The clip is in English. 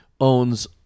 owns